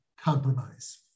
Compromise